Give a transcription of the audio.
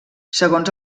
segons